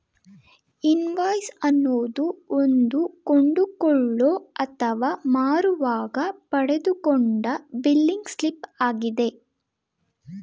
invoice ಅನ್ನೋದು ಒಂದು ಕೊಂಡುಕೊಳ್ಳೋ ಅಥವಾ ಮಾರುವಾಗ ಪಡೆದುಕೊಂಡ ಬಿಲ್ಲಿಂಗ್ ಸ್ಲಿಪ್ ಆಗಿದೆ